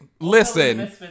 listen